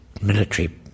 military